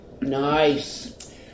Nice